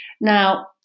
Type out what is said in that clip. Now